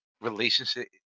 relationship